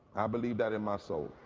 i believe that in my soul.